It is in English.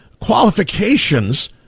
qualifications